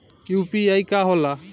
UPI का होला?